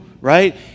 Right